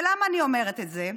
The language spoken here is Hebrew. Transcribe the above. ולמה אני אומרת את זה?